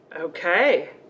Okay